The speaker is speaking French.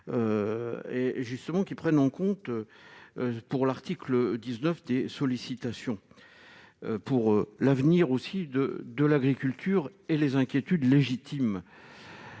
et justement qui prennent en compte pour l'article 19 des sollicitations pour l'avenir aussi de de l'agriculture et les inquiétudes légitimes.